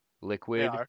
liquid